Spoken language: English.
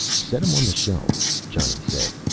set em on the shelf, johnny said,